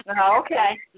Okay